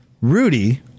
Rudy